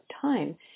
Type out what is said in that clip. time